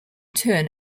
turn